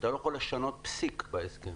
אתה לא יכול לשנות פסיק בהסכם.